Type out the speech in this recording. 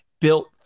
built